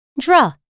draw